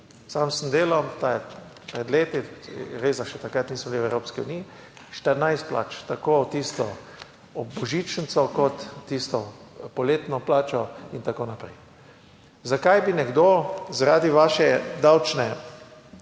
sam sem delal pred leti, res da še takrat nismo bili v Evropski uniji, 14 plač, tako tisto božičnico kot tisto poletno plačo in tako naprej. Zakaj bi nekdo zaradi vaše davčne